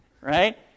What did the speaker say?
right